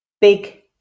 Big